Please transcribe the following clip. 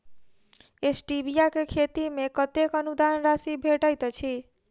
Stevia केँ खेती मे कतेक अनुदान राशि भेटैत अछि?